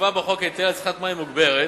נקבע בחוק היטל על צריכת מים מוגברת.